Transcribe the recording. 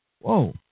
whoa